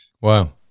Wow